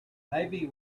maybe